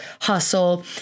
hustle